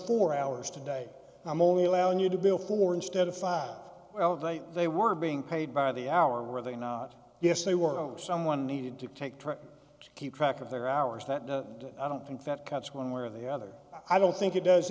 four hours today i'm only allowing you to bill for instead of five elevator they were being paid by the hour were they not yes they were over someone needed to take to keep track of their hours that i don't think that cuts one way or the other i don't think it does